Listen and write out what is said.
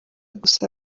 gusa